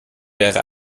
wäre